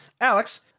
Alex